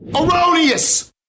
Erroneous